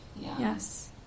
yes